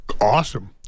Awesome